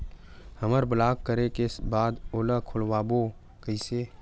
हमर ब्लॉक करे के बाद ओला खोलवाबो कइसे?